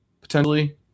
potentially